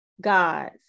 God's